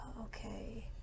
Okay